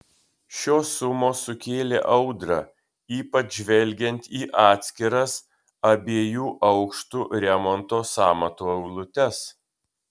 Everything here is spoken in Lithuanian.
šios sumos sukėlė audrą ypač žvelgiant į atskiras abiejų aukštų remonto sąmatų eilutes